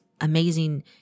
amazing